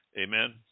Amen